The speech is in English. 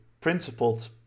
principled